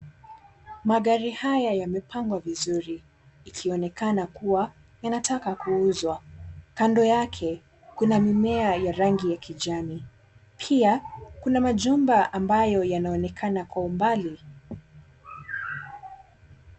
Magari haya yamepangwa vizuri ikionekana kuwa yanataka kuuzwa. Kando yake kuna mimea ya rangi ya kijani kibichi pia kuna majumba ambayo yanaonekana kwa umbali.